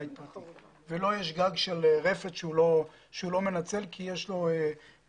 ולו יש גג של רפת שהוא לא מנצל כי יש לו נחלה,